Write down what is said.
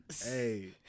Hey